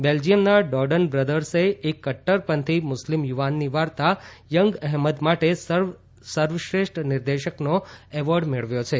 બેલ્જીયમના Dardenne બ્રધર્સે એક કદૃરપંથી મુસ્લિમ યુવાનની વાર્તા યંગ અહ્મદ માટે સર્વશ્રેષ્ઠ નિર્દેશકનો એવોર્ડ મેળવ્યો છે